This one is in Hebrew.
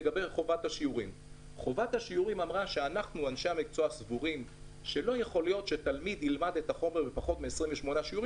גם את הרישיון של הנהג הוא הולך ומקבל במכונת רישיומת.